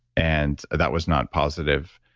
and that was not positive.